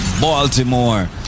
Baltimore